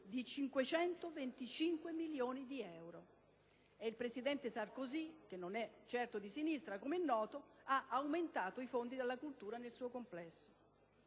di 525 milioni di euro. E il presidente Sarkozy, che non è certo di sinistra, ha aumentato i fondi per la cultura nel suo complesso.